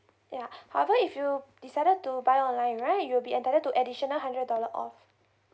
yeah however if you decided to buy online right you'll be entitled to additional hundred dollar off